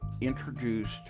introduced